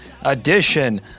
edition